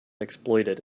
exploited